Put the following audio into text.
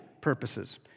purposes